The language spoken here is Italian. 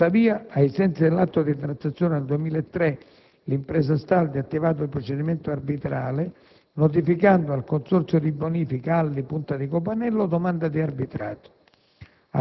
Tuttavia, ai sensi dell'atto di transazione del 2003, l'impresa Astaldi ha attivato il procedimento arbitrale notificando al Consorzio di bonifica Alli-Punta di Copanello domanda di arbitrato.